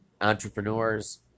entrepreneurs